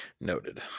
Noted